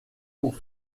pour